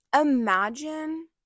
imagine